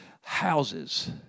houses